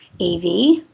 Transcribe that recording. av